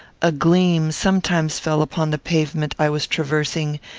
a gleam sometimes fell upon the pavement i was traversing,